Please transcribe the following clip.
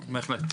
בהחלט.